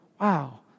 Wow